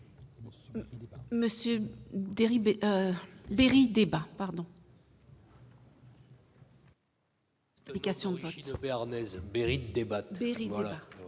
Monsieur Bérit-Débat,